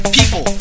People